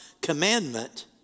commandment